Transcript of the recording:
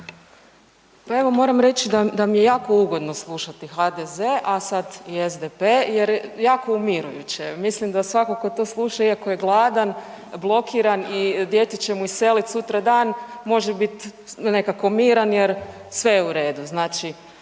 evo moram reći da mi je jako ugodno slušati HDZ, a sad i SDP jer jako je umirujuće. Mislim da svako tko to sluša iako je gladan, blokiran i dijete će mu iselit sutradan može biti nekako miran jer sve je u redu.